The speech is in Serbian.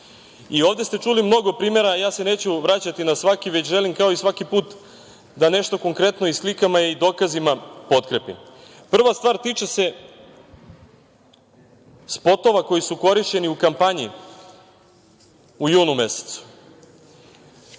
ste čuli mnogo primera, ja se neću vraćati na svaki, već želim kao i svaki put da nešto konkretno i slikama i dokazima potkrepim. Prva stvar tiče se spotova koji su korišćeni u kampanji u julu mesecu.